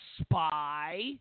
spy